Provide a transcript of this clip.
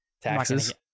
Taxes